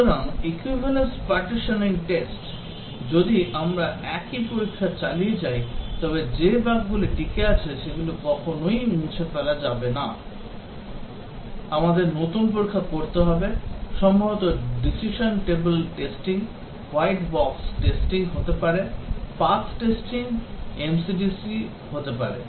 সুতরাং equivalence partitioning test যদি আমরা একই পরীক্ষা চালিয়ে যাই তবে যে বাগগুলি টিকে আছে সেগুলি কখনই মুছে ফেলা যাবে না আমাদের নতুন পরীক্ষা করতে হবে সম্ভবত decision table testing white box testing হতে পারে পাথ টেস্টিং MCDC হতে পারে